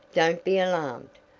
don't be alarmed.